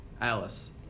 Alice